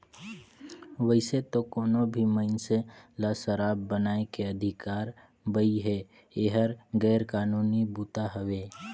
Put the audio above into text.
वइसे तो कोनो भी मइनसे ल सराब बनाए के अधिकार बइ हे, एहर गैर कानूनी बूता हवे